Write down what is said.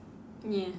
ya